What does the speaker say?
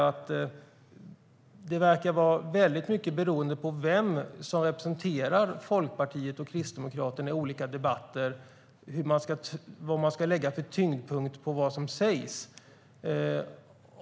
Det verkar vara mycket beroende på vem som representerar Liberalerna och Kristdemokraterna i olika debatter var tyngdpunkten ligger i det som sägs.